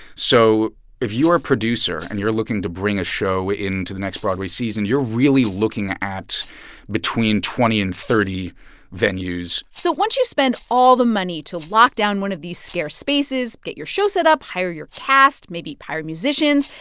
so if you're a producer and you're looking to bring a show into the next broadway season, you're really looking at at between twenty and thirty venues so once you spend all the money to lock down one of these scarce spaces, get your show set up, hire your cast, maybe hire musicians,